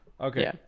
Okay